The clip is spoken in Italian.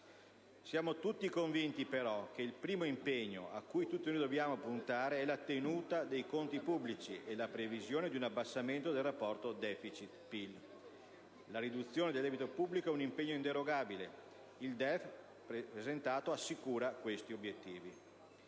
Siamo tutti convinti però che il primo impegno a cui tutti noi dobbiamo puntare è la tenuta dei conti pubblici e la previsione di un abbassamento del rapporto deficit-PlL. La riduzione del debito pubblico è un impegno inderogabile. Il DEF presentato assicura questi obiettivi.